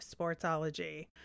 Sportsology